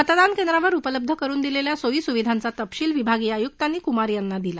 मतदान केंद्रावर उपलब्ध करून दिलखिा सोयी सुविधांचा तपशील विभागीय आयुकांनी कुमार यांना दिला